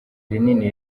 rinini